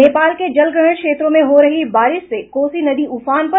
नेपाल के जलग्रहण क्षेत्रों में हो रही बारिश से कोसी नदी उफान पर